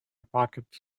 pocket